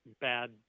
bad